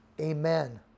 Amen